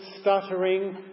stuttering